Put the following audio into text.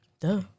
Duh